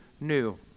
new